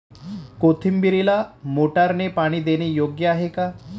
कोथिंबीरीला मोटारने पाणी देणे योग्य आहे का?